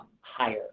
higher